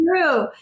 true